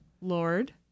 Lord